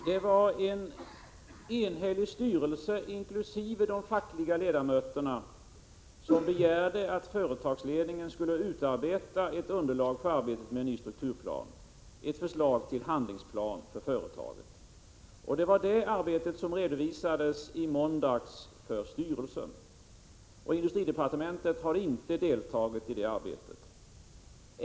Fru talman! En enhällig styrelse inkl. de fackliga ledamöterna begärde att företagsledningen skulle utforma ett underlag för arbetet med en ny strukturplan, ett förslag till handlingsplan för företaget. Detta arbete redovisades i måndags för styrelsen. Industridepartementet har inte deltagit i detta arbete.